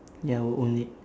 ya I would own it